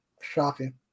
shocking